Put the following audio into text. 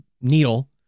needle